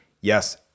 Yes